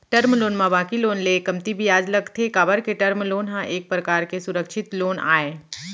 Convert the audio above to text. term loan म बाकी loan ले कमती बियाज लगथे काबर के टर्म लोन ह एक परकार के सुरक्छित लोन आय